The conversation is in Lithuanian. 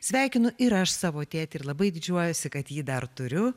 sveikinu ir aš savo tėtį ir labai didžiuojuosi kad jį dar turiu